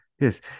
Yes